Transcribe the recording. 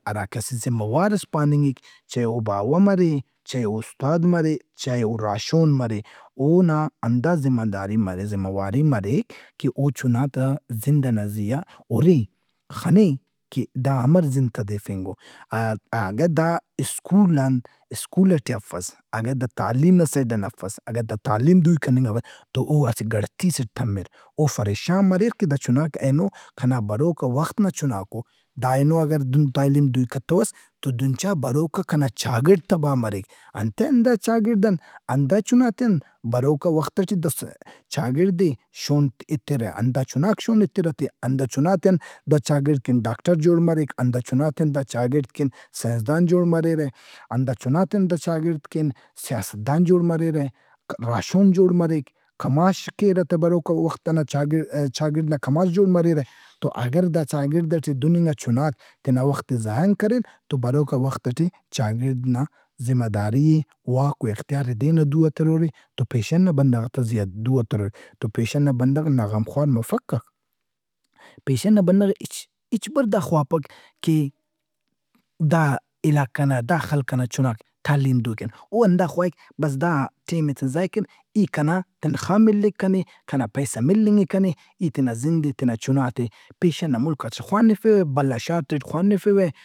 ہراکہ اسہ ذمہ راوئس پاننگک۔ چائہہ او باوہ مرے، چائہہ او اُستاد مرے، چائہہ او راہشون مرے اونا ہندا ذمہ واری مریک کہ او چُناتا زند ئنا زیا ہُرہِ، خنہِ کہ دا امر زند تدیفنگ او۔ ا- اگر دا سکول آن- سکون ئٹے افسل، اگہ دا تعلیم نا سئیڈ ان افس، اگہ دا تعلیم دوئی کننگ افس تو او اسہ گھڑتی سے ٹی تمَر۔ او فریشان مریر کہ دا چُناک اینو کنا بروکا وخت نا چُناک او۔ دا اینو اگر دہن تعلیم دوئی کتوس تو دہن چا بروکا کنا چاگڑد تباہ مریک۔ انتئے ہندا چاگڑد ان، ہندا چُناتے آن بروکا وخت ئٹے چاگڑد ئے شون ایترہ، ہندا چُناک شون ایترہ تہِ۔ ہندا چُناتے ان داچاگڑد کہ ڈاکٹر جوڑ مریک، ہندا چُناتے آن دا چاگڑد کن سینسدان جوڑ مریرہ، ہندا چُناتے ان دا چاگِڑد کن سیاستدان جوڑ مریرہ، راہشون جوڑ مریک، کماش کیرہ تا بروکا وخت ئنا چاگڑد نا کماش جوڑ مریرہ۔ تو اگہ دا چاگڑد ئٹے دہننگا چُناک تینا وخت ئے ضایان کریرتو بروکا وخت ئٹے چاگڑد نا ذمہ داری ئے، واک واختیار ئے دیر نا دُوآ تِرورئے۔ تو پیشن نا بندغ تا زیا- دو آ ترورے۔ تو پیشن نا بندغ نا غمخوار مفکک۔ پیشن نا بندغ ہچ بر- دا خواپک کہ دا علاقہ نا، دا خلق ئنا چُناک تعلیم دوئی کیر۔ او ہندا خواہک کہ ٹیم ئے تا ضائع کین۔ ای کنا تنخوا ملہِ کنے، کنا پیسہ ملنگ اے کنے۔ ای تینا زند ئے تینا چُنات ئے پیشن نا ملکاتے ٹے خوانِفوہ بھلا شہرتے ٹۓ خوانِفوہ۔